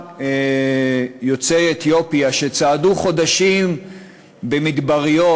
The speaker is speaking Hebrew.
יוצאי אתיופיה שצעדו חודשים במדבריות,